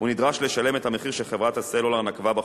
הוא נדרש לשלם את המחיר שחברת הסלולר נקבה בחוזה,